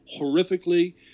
horrifically